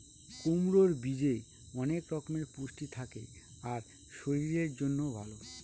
কুমড়োর বীজে অনেক রকমের পুষ্টি থাকে আর শরীরের জন্যও ভালো